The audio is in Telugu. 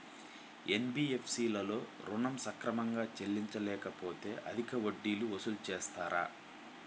ఎన్.బీ.ఎఫ్.సి లలో ఋణం సక్రమంగా చెల్లించలేకపోతె అధిక వడ్డీలు వసూలు చేస్తారా?